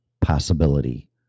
possibility